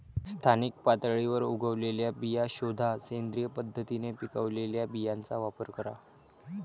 स्थानिक पातळीवर उगवलेल्या बिया शोधा, सेंद्रिय पद्धतीने पिकवलेल्या बियांचा वापर करा